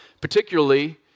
particularly